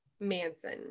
Manson